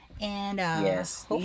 Yes